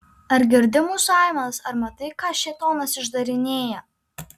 ar girdi mūsų aimanas ar matai ką šėtonas išdarinėja